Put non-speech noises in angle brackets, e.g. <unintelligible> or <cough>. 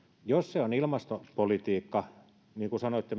jos se on ilmastopolitiikka niin kuin sanoitte <unintelligible>